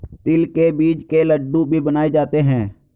तिल के बीज के लड्डू भी बनाए जाते हैं